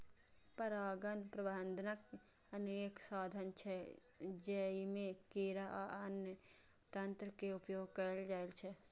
परागण प्रबंधनक अनेक साधन छै, जइमे कीड़ा आ अन्य तंत्र के उपयोग कैल जाइ छै